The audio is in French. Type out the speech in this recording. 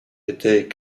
était